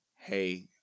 hey